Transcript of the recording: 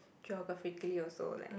geographically also like